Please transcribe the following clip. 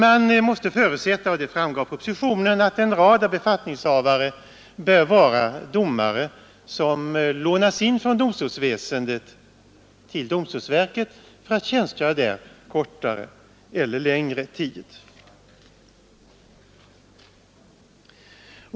Man måste förutsätta — och det framgår av propositionen — att en rad befattningshavare bör vara domare som lånas in från domstolsväsendet till domstolsverket för att tjänstgöra där under kortare eller längre tid.